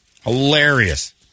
Hilarious